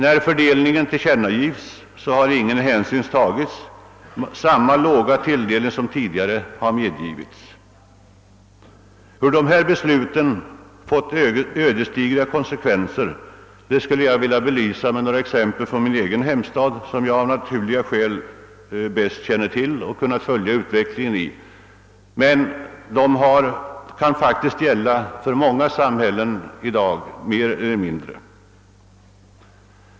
När fördelningen tillkännages har inga hänsyn tagits härvidlag — tilldelningen är lika låg som tidigare. Vilka ödesdigra konsekvenser dessa beslut fått vill jag belysa med några exempel från min hemstad, Norrköping, där jag av naturliga skäl bäst kunnat följa utvecklingen. Förhållandena torde dock vara desamma i många städer och samhällen i vårt land.